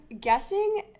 guessing